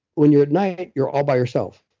when you're at night, you're all by yourself.